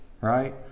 right